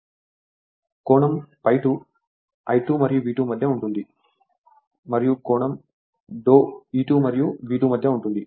కాబట్టి కోణం ∅ 2 I2 మరియు V2 మధ్య ఉంటుంది మరియు కోణం δE 2 మరియు V2 మధ్య ఉంటుంది